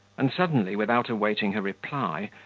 and suddenly, without awaiting her reply,